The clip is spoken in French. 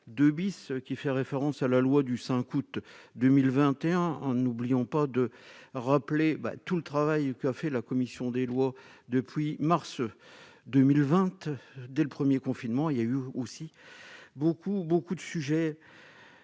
2 bis qui fait référence à la loi du 5 août 2000 21 ans, n'oublions pas de rappeler bah tout le travail qui a fait la commission des lois depuis mars 2020 dès le premier confinement, il y a eu aussi beaucoup, beaucoup